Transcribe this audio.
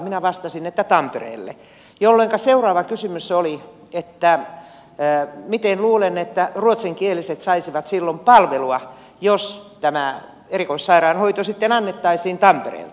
minä vastasin että tampereelle jolloinka seuraava kysymys oli että miten luulen että ruotsinkieliset saisivat silloin palvelua jos tämä erikoissairaanhoito sitten annettaisiin tampereelta